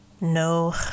No